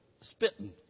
spitting